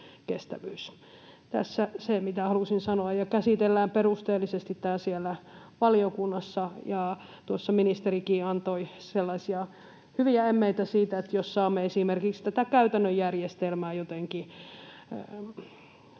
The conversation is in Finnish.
Tässä se, mitä halusin sanoa. Tämä käsitellään perusteellisesti siellä valiokunnassa. Ja tuossa ministerikin jo antoi sellaisia hyviä emmeitä siitä, että jos saamme esimerkiksi tätä käytännön järjestelmää, lupien